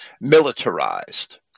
militarized